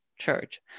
church